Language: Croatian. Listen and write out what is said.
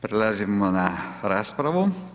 Prelazimo na raspravu.